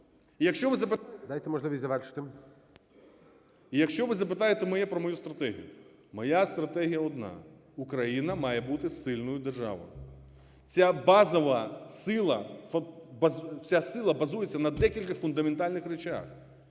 І якщо ви запитаєте мене про мою стратегію, моя стратегія одна – Україна має бути сильною державою. Ця базова сила, ця сила базується на декількох фундаментальних речах.